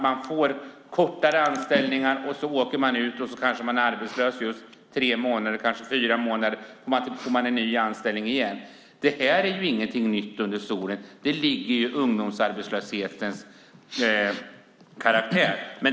Man får kortare anställningar, man åker ut och blir arbetslös i kanske tre eller fyra månader och sedan får man en ny anställning igen. Det är ingenting nytt under solen. Det ligger i ungdomsarbetslöshetens karaktär.